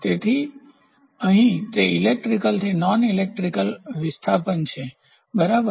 તેથી અહીં તે ઇલેક્ટ્રિકલથી નોન ઇલેક્ટ્રિકલ વિસ્થાપન છે બરાબર